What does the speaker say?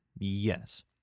Yes